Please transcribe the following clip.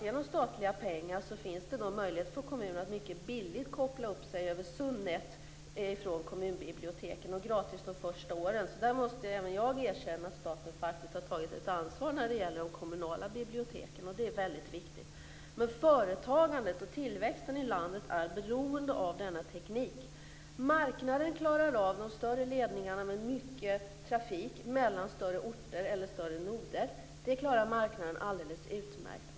Genom statliga pengar finns det möjligheter för kommuner att mycket billigt koppla upp sig över SUNET från kommunbiblioteken. Det är gratis under de första åren. Även jag måste erkänna att staten faktiskt har tagit ett ansvar när det gäller de kommunala biblioteken. Detta är väldigt viktigt. Men företagandet och tillväxten i landet är beroende av denna teknik. Marknaden klarar alldeles utmärkt de större ledningarna med mycket trafik mellan större orter eller större noder.